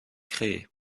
créée